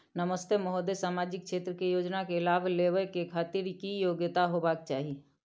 नमस्ते महोदय, सामाजिक क्षेत्र के योजना के लाभ लेबै के खातिर की योग्यता होबाक चाही?